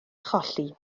cholli